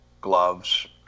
gloves